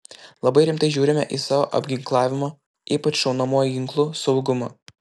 labai rimtai žiūrime į savo apginklavimo ypač šaunamuoju ginklu saugumą